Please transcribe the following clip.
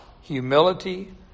humility